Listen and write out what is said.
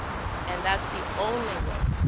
and that's the only way,